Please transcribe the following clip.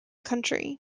country